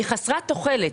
היא חסרת תוחלת.